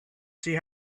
see